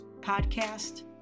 podcast